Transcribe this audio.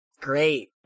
Great